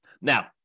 Now